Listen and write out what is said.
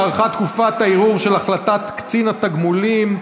הארכת תקופת הערעור של החלטת קצין התגמולים),